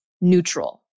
neutral